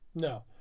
No